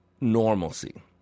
normalcy